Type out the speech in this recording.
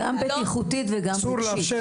גם בטיחותית וגם אישית.